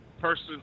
person